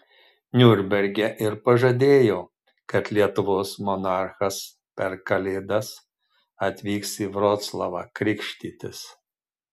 niurnberge ir pažadėjo kad lietuvos monarchas per kalėdas atvyks į vroclavą krikštytis